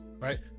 right